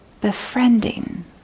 befriending